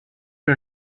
are